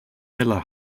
miller